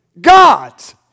God's